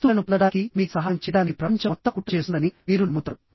వస్తువులను పొందడానికి మీకు సహాయం చేయడానికి ప్రపంచం మొత్తం కుట్ర చేస్తుందని మీరు నమ్ముతారు